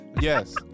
yes